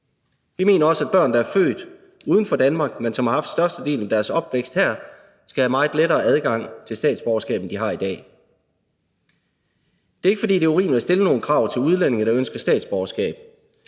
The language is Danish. Vi mener også, at børn, der er født uden for Danmark, men som har haft størstedelen af deres opvækst her, skal have meget lettere adgang til statsborgerskab, end de har i dag. Det er ikke, fordi det er urimeligt at stille nogle krav til udlændinge, der ønsker statsborgerskab.